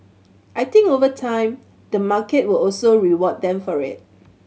I think over time the market will also reward them for it